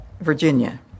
Virginia